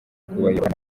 kubayobora